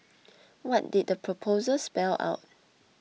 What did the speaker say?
what did the proposal spell out